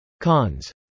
Cons